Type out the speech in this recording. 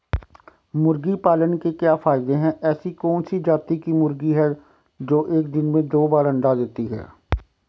मुर्गी पालन के क्या क्या फायदे हैं ऐसी कौन सी जाती की मुर्गी है जो एक दिन में दो बार अंडा देती है?